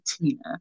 Tina